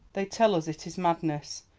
they tell us it is madness,